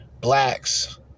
blacks